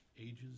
ages